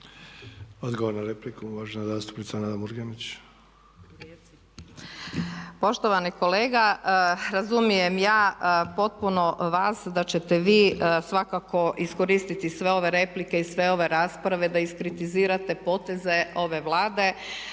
Odgovor na repliku uvažene zastupnica Nada Murganić. **Murganić, Nada (HDZ)** Poštovani kolega razumijem ja potpuno vas da ćete vi svakako iskoristiti sve ove replike i sve ove rasprave da iskritizirate poteze ove Vlade